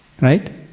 right